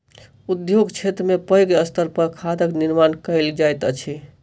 उद्योग क्षेत्र में पैघ स्तर पर खादक निर्माण कयल जाइत अछि